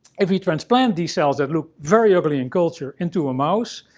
if we transplant these cells that look very ugly in culture into a mouse,